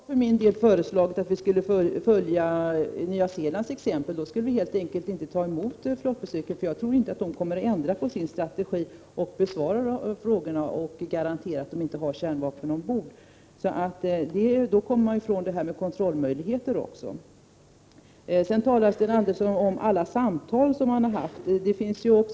Herr talman! Jag har för min del föreslagit att vi skall följa Nya Zeelands exempel. Då skulle vi helt enkelt inte ta emot flottbesök. Jag tror inte att kärnvapenstaterna kommer att ändra sin strategi, besvara frågorna och garantera att de inte har kärnvapen ombord. Om vi över huvud taget inte tar emot dem, kommer vi ju också ifrån detta med kontrollmöjligheter. Sedan talar Sten Andersson om alla samtal han har haft.